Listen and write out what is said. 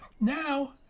now